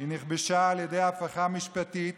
היא נכבשה על ידי הפיכה משפטית